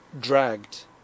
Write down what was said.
dragged